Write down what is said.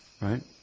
Right